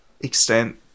extent